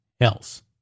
else